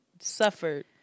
suffered